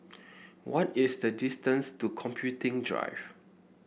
what is the distance to Computing Drive